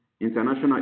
international